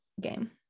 game